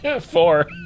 Four